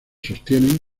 sostienen